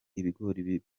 ibigori